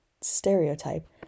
stereotype